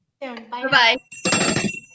Bye-bye